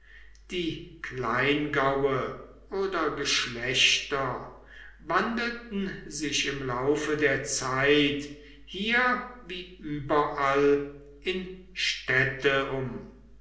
die kleingaue oder geschlechter wandelten sich im laufe der zeit hier wie überall in städte um